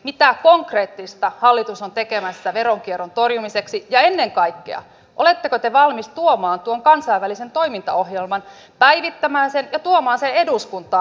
mitä konkreettista hallitus on tekemässä veronkierron torjumiseksi ja ennen kaikkea oletteko te valmis tuomaan tuon kansainvälisen toimintaohjelman päivittämään sen ja tuomaan sen eduskuntaan